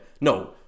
No